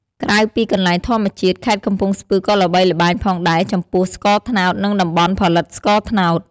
ក្រៅពីកន្លែងធម្មជាតិ ខេត្តកំពង់ស្ពឺក៏ល្បីល្បាញផងដែរចំពោះ ស្ករត្នោត និងតំបន់ផលិតស្ករត្នោត។